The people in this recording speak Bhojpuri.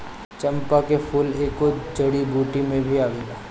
चंपा के फूल एगो जड़ी बूटी में भी आवेला